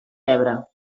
pebre